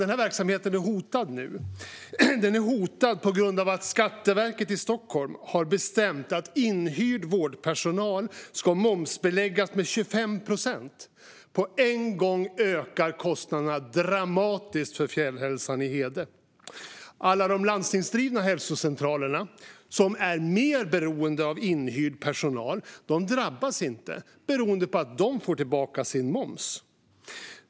Den här verksamheten är dock hotad nu på grund av att Skatteverket i Stockholm har bestämt att inhyrd vårdpersonal ska momsbeläggas med 25 procent. På en gång ökar kostnaderna dramatiskt för Fjällhälsan i Hede. Alla de landstingsdrivna hälsocentralerna, som är mer beroende av inhyrd personal, drabbas inte eftersom de får tillbaka sin moms.